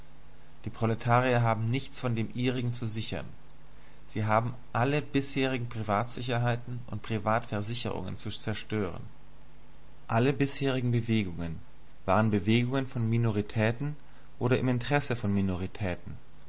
die proletarier haben nichts von dem ihrigen zu sichern sie haben alle bisherigen privatsicherheiten und privatversicherungen zu zerstören alle bisherigen bewegungen waren bewegungen von minoritäten oder im interesse von minoritäten